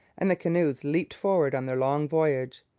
and the canoes leaped forward on their long voyage.